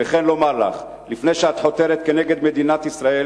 וכן לומר לך: לפני שאת חותרת כנגד מדינת ישראל